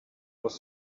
was